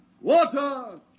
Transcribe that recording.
Water